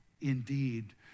indeed